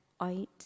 out